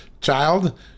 child